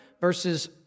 verses